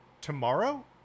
Tomorrow